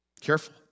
Careful